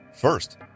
First